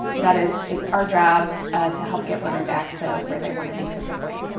that is, it's our job to help get women back to where they wanna be physically.